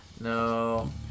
No